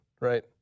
right